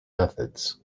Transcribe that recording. methods